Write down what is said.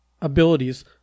abilities